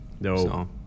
No